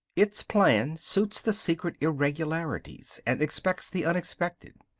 its plan suits the secret irregularities, and expects the unexpected.